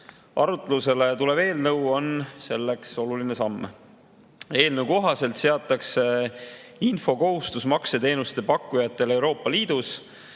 Arutlusele tulev eelnõu on selleks oluline samm. Eelnõu kohaselt seatakse infokohustus makseteenuste pakkujatele Euroopa Liidus.